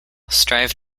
strive